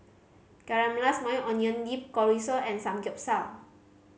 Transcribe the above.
Caramelized Maui Onion Dip Chorizo and Samgeyopsal